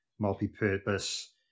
multi-purpose